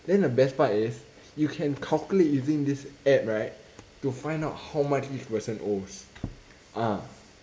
then the best part is you can calculate using this app right to find out how much each person owes ah